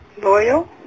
Loyal